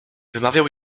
wymawiał